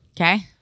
Okay